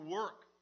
work